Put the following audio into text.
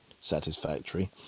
satisfactory